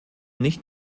nicht